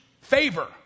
Favor